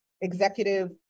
executive